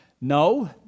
No